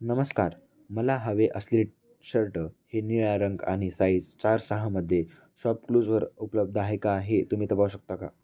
नमस्कार मला हवे असले शर्ट हे निळ्या रंग आणि साईज चार सहामध्ये शॉपक्लूजवर उपलब्ध आहे का हे तुम्ही शकता का